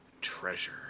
treasure